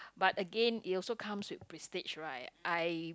but again it also comes with prestige right I